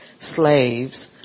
slaves